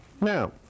Now